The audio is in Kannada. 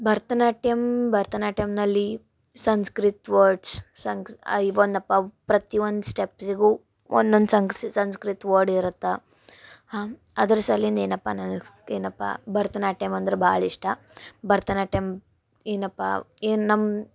ಭರತನಾಟ್ಯಮ್ ಭರತನಾಟ್ಯಮ್ನಲ್ಲಿ ಸಂಸ್ಕೃತ ವರ್ಡ್ಸ್ ಸಂಕ್ಸ್ ಐವಂದ ಪವ್ ಪ್ರತಿ ಒಂದು ಸ್ಟೆಪ್ಸಿಗು ಒನ್ನೊಂದು ಸಂಕ್ಸ್ ಸಂಸ್ಕೃತ ವರ್ಡ್ ಇರುತ್ತೆ ಅದ್ರ ಸಲಿಂದ ಏನಪ್ಪ ನನಗೆ ಏನಪ್ಪ ಭರತನಾಟ್ಯಮ್ ಅಂದ್ರೆ ಭಾಳಿಷ್ಟ ಭರತನಾಟ್ಯಮ್ ಏನಪ್ಪ ಏನು ನಮ್ಮ